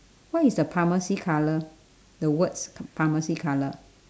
what is the pharmacy colour the words pharmacy colour